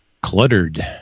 cluttered